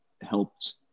helped